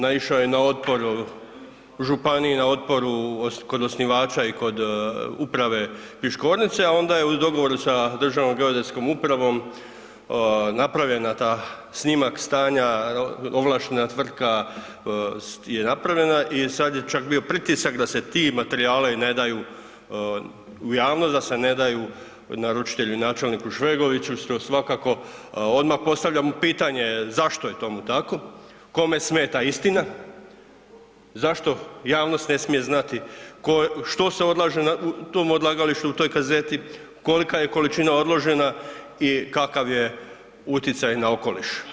Naišao je na otpor u županiji, na otporu kod osnivača i kod uprave Piškornice, a onda je u dogovoru sa Državnom geodetskom upravom napravljena taj snimak stanja, ovlaštena tvrtka je napravila i sada je čak bio pritisak da se ti materijali ne daju u javnost, da se ne daju naručitelju načelniku Švegoviću što svakako odmah postavljamo pitanje zašto je tomu tako, kome smeta istina, zašto javnost ne smije znati što se odlaže na tom odlagalištu u toj kazeti, kolika je količina odložena i kakav je uticaj na okoliš.